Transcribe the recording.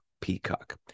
Peacock